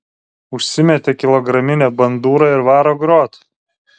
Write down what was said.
užsimetė kilograminę bandūrą ir varo grot